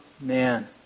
man